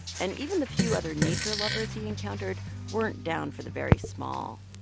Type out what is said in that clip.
and even the few other nature lovers he encountered weren't down for the very small.